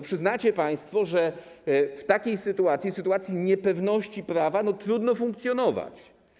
Przyznacie państwo, że w takiej sytuacji, sytuacji niepewności prawa, trudno funkcjonować.